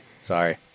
sorry